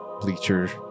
bleachers